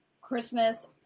Christmas